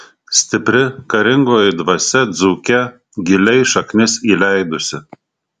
stipri karingoji dvasia dzūke giliai šaknis įleidusi